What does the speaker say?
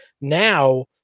now